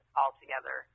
altogether